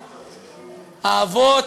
האבות,